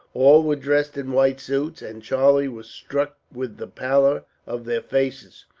all were dressed in white suits, and charlie was struck with the pallor of their faces,